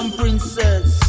princess